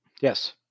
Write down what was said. Yes